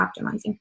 optimizing